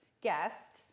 guest